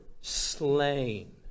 slain